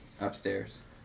upstairs